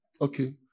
Okay